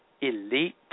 elite